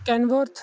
ਕਨਵਰਥ